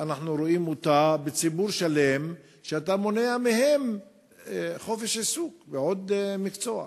אנחנו רואים ציבור שלם שאתה מונע ממנו חופש עיסוק בעוד מקצוע.